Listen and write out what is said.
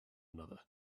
another